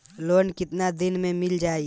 Loan कितना दिन में मिल जाई?